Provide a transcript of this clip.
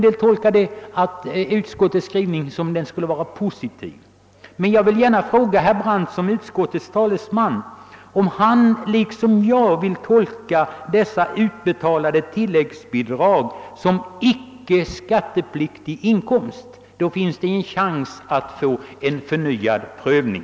Jag tolkar utskottets skrivning som positiv, men jag vill gärna fråga herr Brandt i hans egenskap av utskottets talesman om han anser att dessa utbetalade tilläggsbidrag utgör icke skattepliktig inkomst. I så fall finns chans till förnyad prövning.